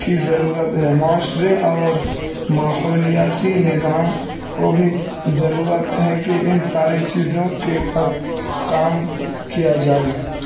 کی ضرورت ہے معاشرے اور ماحولیاتی نظام کو بھی ضرورت ہے کہ ان سارے چیزوں کے اوپر کام کیا جائے